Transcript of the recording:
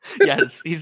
Yes